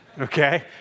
okay